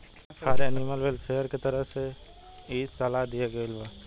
form animal welfare के तरफ से इ सलाह दीहल गईल बा